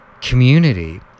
community